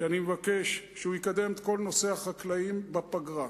שבו אני מבקש שהוא יקדם את כל נושא החקלאים בפגרה.